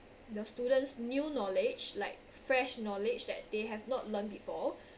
the students new knowledge like fresh knowledge that they have not learnt before